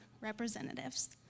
representatives